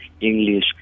english